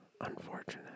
unfortunate